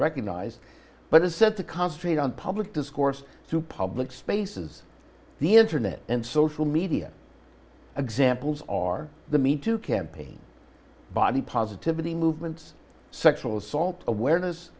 recognized but is said to concentrate on public discourse through public spaces the internet and social media examples are the meat to campaign body positivity movements sexual assault awareness